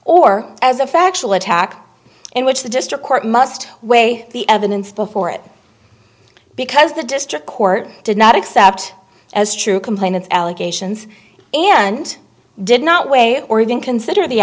or as a factual attack in which the district court must weigh the evidence before it because the district court did not accept as true complainants allegations and did not weigh or even consider the